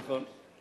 נכון.